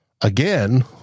again